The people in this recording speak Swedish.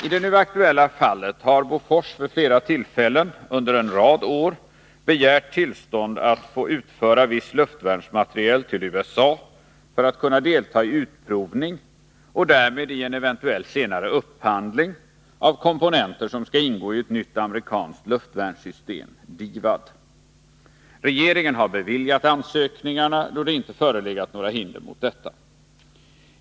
I det nu aktuella fallet har Bofors vid flera tillfällen under en rad år begärt tillstånd att få utföra viss luftvärnsmateriel till USA för att kunna delta i utprovning — och därmed i en eventuell senare upphandling — av komponenter som skall ingå i ett nytt amerikanskt luftvärnssystem . Regeringen har beviljat ansökningarna, då det inte förelegat några hinder mot detta.